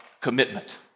commitment